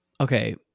Okay